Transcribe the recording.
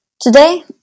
Today